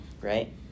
right